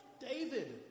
David